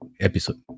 episode